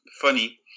funny